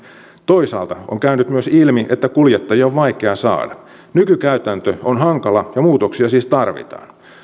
toisaalta on käynyt myös ilmi että kuljettajia on vaikea saada nykykäytäntö on hankala ja muutoksia siis tarvitaan